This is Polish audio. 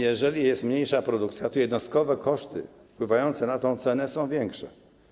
Jeżeli jest mniejsza produkcja, to jednostkowe koszty wpływające na cenę są większe.